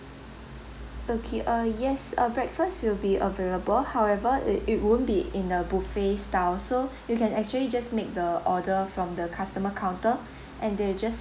okay uh yes uh breakfast will be available however it it won't be in a buffet style so you can actually just make the order from the customer counter and they'll just